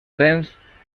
tens